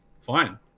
fine